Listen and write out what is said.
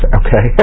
okay